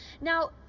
Now